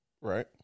Right